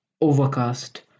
overcast